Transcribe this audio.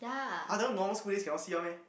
other normal school days cannot see one meh